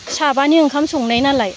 साबानि ओंखाम संनाय नालाय